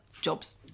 jobs